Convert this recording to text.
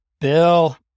Bill